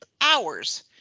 hours